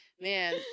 Man